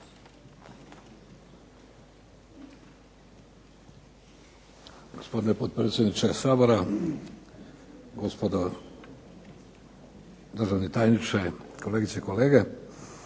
Gospodine potpredsjedniče Sabora, gospodo, državni tajniče, kolegice i kolege.